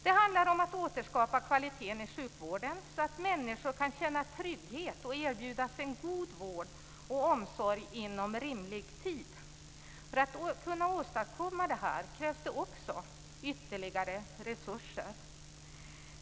Det handlar om att återskapa kvaliteten i sjukvården, så att människor kan känna trygghet och erbjudas en god vård och omsorg inom rimlig tid. För att man ska kunna åstadkomma det här krävs det också ytterligare resurser.